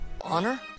Honor